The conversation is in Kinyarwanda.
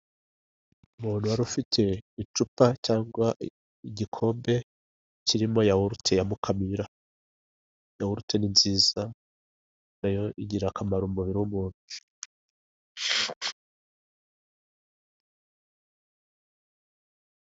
Umuntu warufite icupa cyangwa igikombe kirimo yohurute ya Mukamira, Yahurute ni nziza nayo igirira akamaro umubiri w'umuntu.